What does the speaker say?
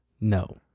No